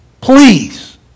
Please